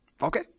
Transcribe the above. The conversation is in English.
Okay